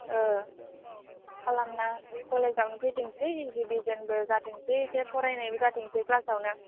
औ खालामना बे कलेजावनो फैथोंसै जुदि जोंबो जाथोंसै एसे फरायनायबो जाथोंसै ख्लासावनो